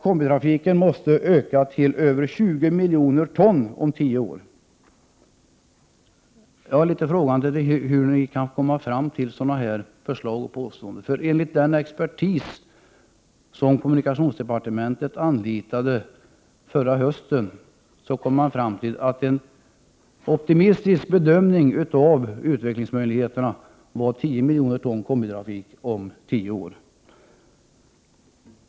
Jag står litet frågande inför hur ni kan komma fram till sådana förslag och påståenden. Den expertis som kommunikationsdepartementet anlitade förra hösten kom fram till att en optimistisk bedömning av utvecklingsmöjligheterna var att det skulle bli 10 miljoner ton combitrafik om tio år.